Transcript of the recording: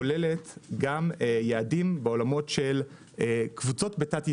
כוללת גם יעדים בעולמות של קבוצות בתת ייצוג,